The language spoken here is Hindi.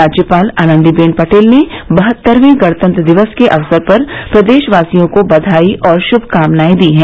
राज्यपाल आनंदीबेन पटेल ने बहततरवे गणतंत्र दिवस के अवसर पर प्रदेशवासियों को बधाई और शुभकामनाएं दी है